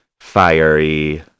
fiery